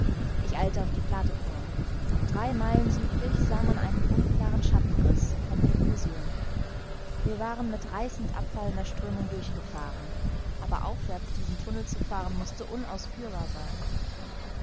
ich eilte auf die plateform drei meilen südlich sah man einen unklaren schattenriß von pelusium wir waren mit reißend abfallender strömung durchgefahren aber aufwärts diesen tunnel zu fahren mußte unausführbar sein